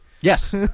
Yes